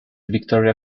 victoria